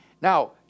Now